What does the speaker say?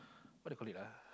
what they call it ah